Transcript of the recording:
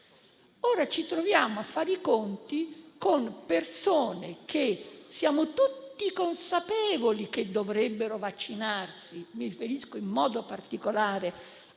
Ora ci troviamo a fare i conti con persone che siamo tutti consapevoli dovrebbero vaccinarsi: mi riferisco in modo particolare a quella